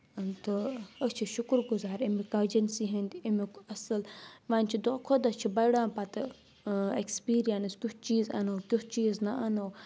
تہٕ أسۍ چھِ شُکُر گُزار اَمیُک اجَینسی ہٕنٛدۍ اَمیُک اَصٕل وۄنۍ چھِ دۄہ کھۄتہٕ دۄہ چھِ بَڑان پَتہٕ ایٚکٕسپیٖریَنٕس کیُتھ چیٖز اَنو کیُتھ چیٖز نہٕ اَنو